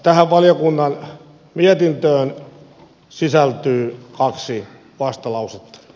tähän valiokunnan mietintöön sisältyy kaksi vastalausetta